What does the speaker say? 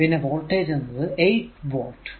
പിന്നെ വോൾടേജ് എന്നത് 8വോൾട്